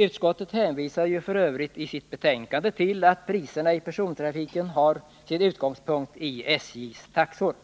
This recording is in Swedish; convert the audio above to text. Utskottet hänvisar f. ö. i sitt betänkande till att priserna i persontrafiken har sin utgångspunkt i SJ:s taxor.